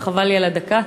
וחבל לי על הדקה,